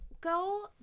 go